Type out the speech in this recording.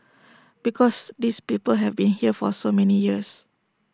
because these people have been here for so many years